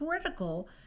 critical